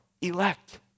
elect